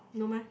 no meh